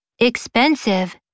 Expensive